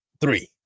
Three